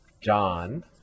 John